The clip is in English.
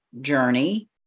journey